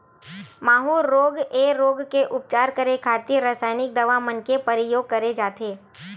माहूँ रोग ऐ रोग के उपचार करे खातिर रसाइनिक दवा मन के परियोग करे जाथे